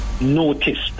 noticed